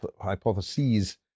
hypotheses